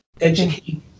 educate